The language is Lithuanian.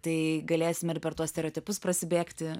tai galėsime ir per tuos stereotipus prasibėgti